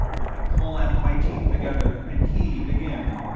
i clamped my teeth together and heaved again.